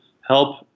help